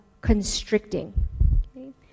constricting